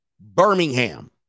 Birmingham